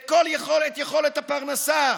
את כל יכולת הפרנסה,